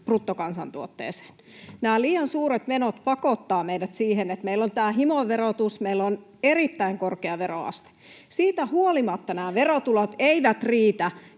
bruttokansantuotteeseen. Nämä liian suuret menot pakottavat meidät siihen, että meillä on tämä himoverotus, meillä on erittäin korkea veroaste. Siitä huolimatta nämä verotulot eivät riitä